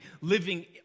living